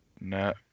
No